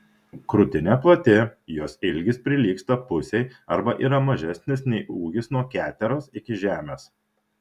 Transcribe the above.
krūtinė plati jos ilgis prilygsta pusei arba yra mažesnis nei ūgis nuo keteros iki žemės